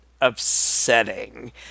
upsetting